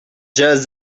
just